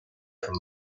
from